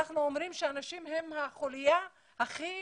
אנחנו אומרים שהנשים הן החוליה הכי